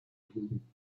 duden